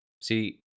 See